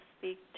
speak